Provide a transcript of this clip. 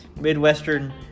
Midwestern